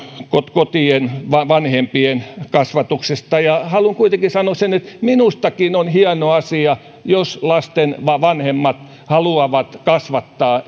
kotien vanhempien kasvatuksesta haluan kuitenkin sanoa sen että minustakin on hieno asia jos lasten vanhemmat haluavat kasvattaa